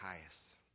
highest